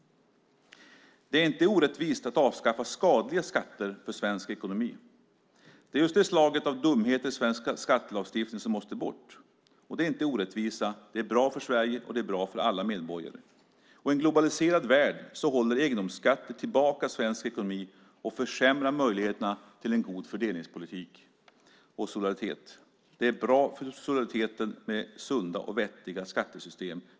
Det är inte orättvist att avskaffa skadliga skatter för svensk ekonomi. Det är just det slaget av dumheter i svensk skattelagstiftning som måste bort. Det är inte orättvisa. Det är bra för Sverige, och det är bra för alla medborgare. I en globaliserad värld håller egendomsskatter tillbaka svensk ekonomi och försämrar möjligheterna till en god fördelningspolitik och solidaritet. Det är bra för solidariteten med sunda och vettiga skattesystem.